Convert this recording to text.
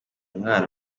umwana